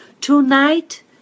Tonight